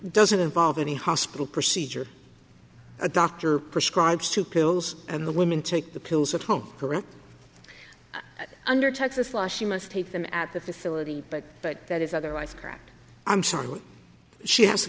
doesn't involve any hospital procedure a doctor prescribes two pills and the women take the pills at home correct under texas law she must take them at the facility but but that is otherwise correct i'm sorry she has to